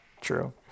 true